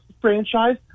franchise